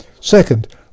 Second